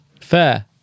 fair